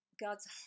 God's